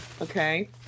Okay